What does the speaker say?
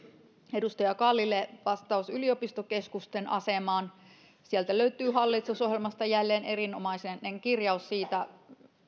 edustaja kallille vastaus yliopistokeskusten asemaan hallitusohjelmasta löytyy jälleen erinomainen kirjaus